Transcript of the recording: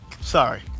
Sorry